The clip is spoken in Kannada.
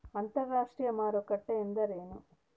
ಅಂತರಾಷ್ಟ್ರೇಯ ಮಾರುಕಟ್ಟೆ ಎಂದರೇನು?